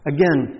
Again